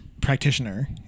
Practitioner